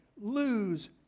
lose